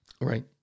Right